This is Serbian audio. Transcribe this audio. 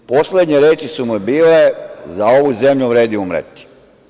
Poslednje reči su mu bile – za ovu zemlju vredi umreti.